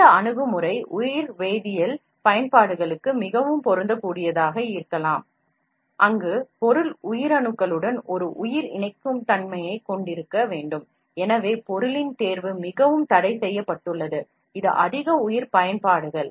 இந்த அணுகுமுறை உயிர்வேதியியல் பயன்பாடுகளுக்கு மிகவும் பொருந்தக்கூடியதாக இருக்கலாம் அங்கு பொருள் உயிரணுக்களுடன் ஒரு உயிரி இணக்கத்தன்மையைக் கொண்டிருக்க வேண்டும் எனவே பொருளின் தேர்வு மிகவும் தடைசெய்யப்பட்டுள்ளது இது பயோ உயிரி பயன்பாடுகளில் அதிகம்